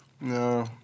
No